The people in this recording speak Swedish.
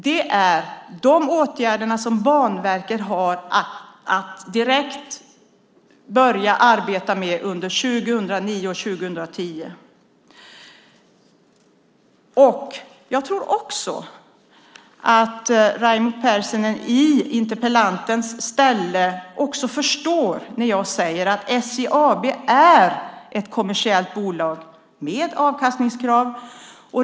Det är de åtgärderna som Banverket har att direkt börja arbeta med under år 2009 och 2010. Jag tror också att Raimo Pärssinen i interpellantens ställe förstår när jag säger att SJ AB är ett kommersiellt bolag med avkastningskrav.